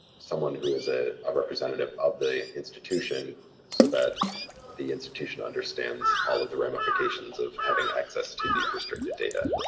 someone who is ah a representative of the institution so that the institution understands all of the ramifications of having access to these restricted data.